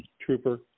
Trooper